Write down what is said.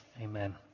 Amen